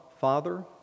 Father